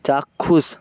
চাক্ষুষ